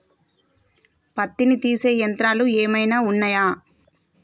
పత్తిని తీసే యంత్రాలు ఏమైనా ఉన్నయా?